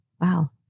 Wow